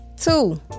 Two